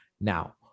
Now